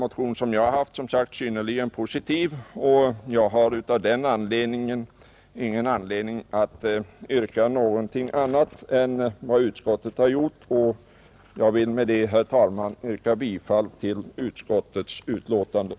Utskottet har som sagt skrivit synnerligen positivt om min motion, och därför har jag ingen anledning att yrka någonting annat än vad utskottet gjort. Jag ber sålunda med det anförda att få yrka bifall till utskottets hemställan.